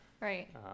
right